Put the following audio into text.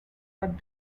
what